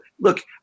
Look